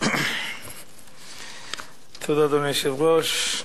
אדוני היושב-ראש,